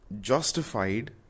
justified